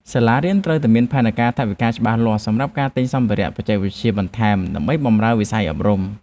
សាលារៀនត្រូវមានផែនការថវិកាច្បាស់លាស់សម្រាប់ការទិញសម្ភារៈបច្ចេកវិទ្យាបន្ថែមដើម្បីបម្រើឱ្យវិស័យអប់រំ។